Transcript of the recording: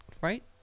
right